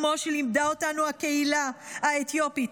כמו שלימדה אותנו הקהילה האתיופית,